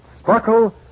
sparkle